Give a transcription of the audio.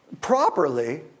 properly